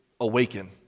Awaken